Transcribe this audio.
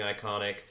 iconic